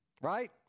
Right